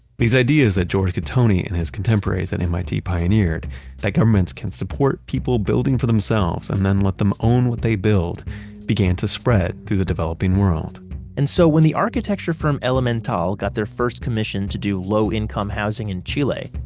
these ideas that george gattoni and his contemporaries at mit pioneered that governments can support people building for themselves and then let them own what they build began to spread through the developing world and so when the architecture from elemental got their first commission to do low-income housing in chile,